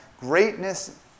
greatness